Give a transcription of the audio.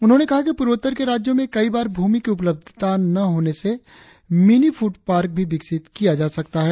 उन्होंने कहा कि पूर्वोत्तर के राज्यों में कई बार भूमि की उपलब्धता न होने पर मिनी फूड पार्क भी स्थापित किया जा सकता है